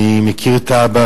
אני מכיר את האבא,